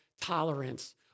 tolerance